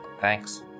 Thanks